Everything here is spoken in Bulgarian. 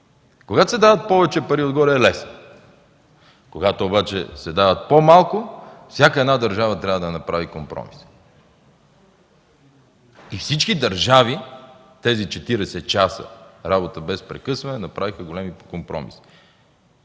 Когато се дават повече пари отгоре е лесно. Когато се дават обаче по-малко, всяка една държава трябва да направи компромис. Всички държави в тези 40 часа работа без прекъсване направиха големи компромиси.